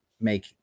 make